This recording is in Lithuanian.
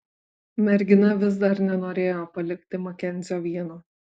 mergina vis dar nenorėjo palikti makenzio vieno